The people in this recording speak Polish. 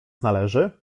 należy